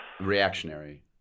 reactionary